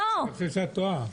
אני חושב שאת טועה.